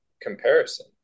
comparison